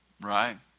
right